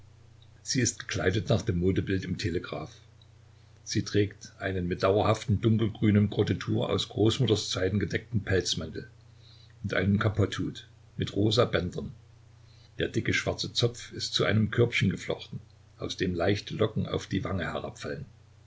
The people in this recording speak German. sie ist gekleidet nach dem modebild im telegraph sie trägt einen mit dauerhaftem dunkelgrünem gros de tours aus großmutters zeiten gedeckten pelzmantel und einen kapotthut mit rosa bändern der dicke schwarze zopf ist zu einem körbchen geflochten aus dem leichte locken auf die wange